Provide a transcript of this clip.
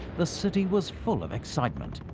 the city was full of excitement,